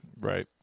Right